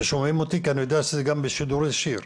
ואני יודע ששומעים אותי כי זה גם בשידור ישיר,